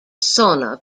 sauna